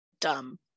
dumb